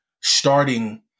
starting